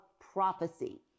prophecy